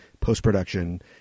post-production